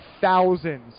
Thousands